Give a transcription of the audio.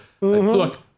look